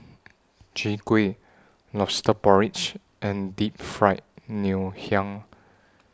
Chwee Kueh Lobster Porridge and Deep Fried Ngoh Hiang